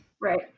Right